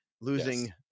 losing